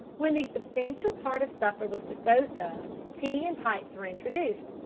when the substantial part of supper was disposed of, tea and pipes were introduced,